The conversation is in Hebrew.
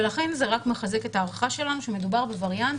ולכן זה רק מחזק את ההערכה שלנו שמדובר בווריאנט